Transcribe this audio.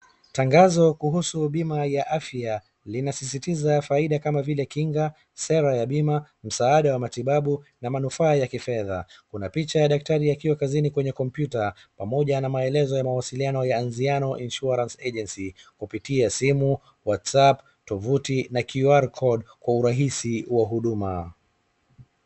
Tangazo kuhusu bima ya afya linasisitiza faida kama vile kinga, sera ya bima, msaada wa matibabu na manufaa ya kifedha. Kuna picha ya daktari akiwa kazini kwenye kompyuta pamoja na maelezo ya mawasiliano ya Anziano Insurance Agency kupitia simu, WhatsApp, tovuti na QR code kwa urahisi wa huduma.